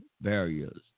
barriers